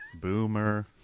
Boomer